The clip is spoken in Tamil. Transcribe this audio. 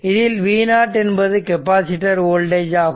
இதில் v0 என்பது கெப்பாசிட்டர் வோல்டேஜ் ஆகும்